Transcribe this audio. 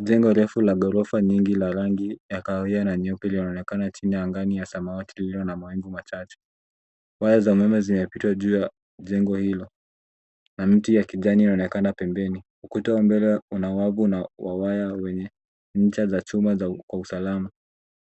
Jengo refu la ghorofa nyingi la rangi ya kahawia na nyeupe linaonekana chini ya angani ya samawati lililo na mawingu machache. Waya za umeme zimepita juu ya jengo hilo na mti ya kijani unaonekana pembeni. Ukuta wa mbele una wabu na waya wenye ncha za chuma kwa usalama.